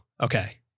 okay